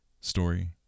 story